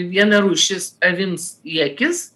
viena rūšis avims į akis